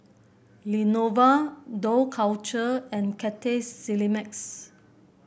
Lenovo Dough Culture and Cathay Cineplex